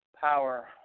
power